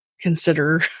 consider